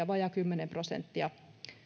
vajaat kymmenen prosenttia